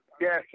Yes